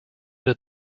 der